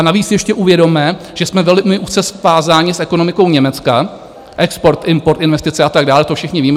Navíc si ještě uvědomme, že jsme velmi úzce svázáni s ekonomikou Německa export, import, investice a tak dále, to všichni víme.